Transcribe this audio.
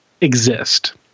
exist